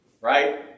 Right